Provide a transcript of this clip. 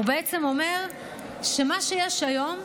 הוא בעצם אומר שמה שיש היום,